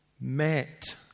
met